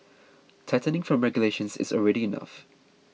tightening from regulations is already enough